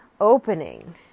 opening